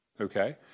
Okay